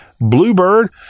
Bluebird